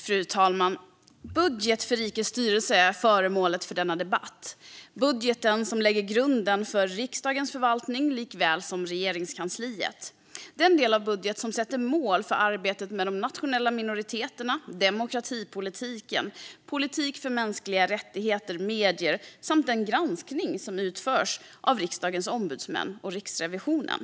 Fru talman! Budgeten för rikets styrelse är föremålet för denna debatt, budgeten som lägger grunden för riksdagens förvaltning liksom för Regeringskansliets. Detta är den del av budgeten som sätter mål för arbetet med de nationella minoriteterna, demokratipolitiken, politiken för mänskliga rättigheter och medierna samt den granskning som utförs av riksdagens ombudsmän och Riksrevisionen.